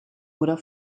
oder